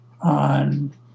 on